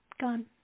gone